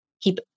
keep